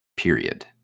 period